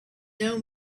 know